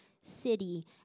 city